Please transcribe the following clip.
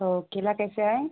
तो केला कैसे है